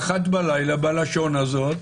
ב-1:00 בלילה בלשון הזאת,